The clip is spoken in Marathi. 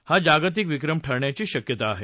हा जागतिक विक्रम ठरण्याची शक्यता आहे